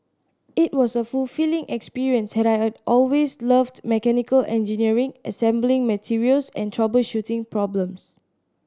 it was a fulfilling experience I had always loved mechanical engineering assembling materials and troubleshooting problems